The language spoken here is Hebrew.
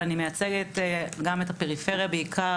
אבל אני מייצגת גם את הפריפריה בעיקר,